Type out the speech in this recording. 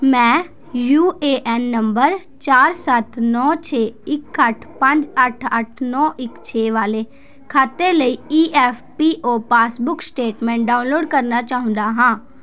ਮੈਂ U A N number ਚਾਰ ਸੱਤ ਨੌ ਛੇ ਇੱਕ ਅੱਠ ਪੰਜ ਅੱਠ ਅੱਠ ਨੌ ਇੱਕ ਛੇ ਵਾਲੇ ਖਾਤੇ ਲਈ E F P O passbook statement download ਕਰਨਾ ਚਾਹੁੰਦਾ ਹਾਂ